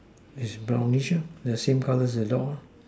its brownish the same color as dog